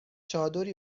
چادری